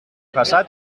passat